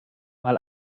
mal